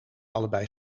allebei